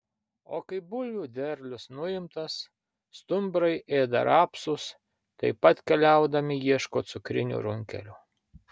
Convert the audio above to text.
o kai bulvių derlius nuimtas stumbrai ėda rapsus taip pat keliaudami ieško cukrinių runkelių